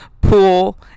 pool